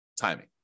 timing